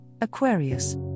Aquarius